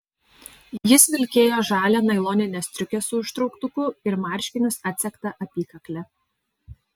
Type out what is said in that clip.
jis vilkėjo žalią nailoninę striukę su užtrauktuku ir marškinius atsegta apykakle